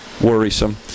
worrisome